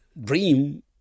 dream